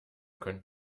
können